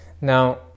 Now